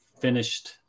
finished